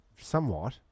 somewhat